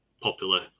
popular